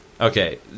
Okay